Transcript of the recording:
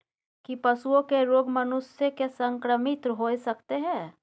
की पशुओं के रोग मनुष्य के संक्रमित होय सकते है?